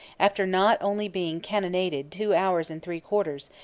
after not only being cannonaded two hours and three-quarters,